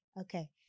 okay